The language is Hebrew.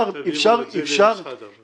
תעבירו את זה למשרד העבודה.